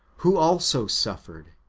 who also suffered,